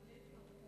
אני אתך.